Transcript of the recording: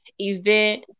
event